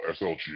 SLG